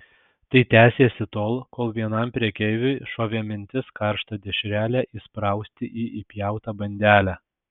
tai tęsėsi tol kol vienam prekeiviui šovė mintis karštą dešrelę įsprausti į įpjautą bandelę